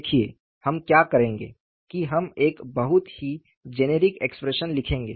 देखिए हम क्या करेंगे कि हम एक बहुत ही जेनेरिक एक्सप्रेशन लिखेंगे